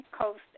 coast